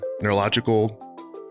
neurological